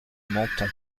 menthon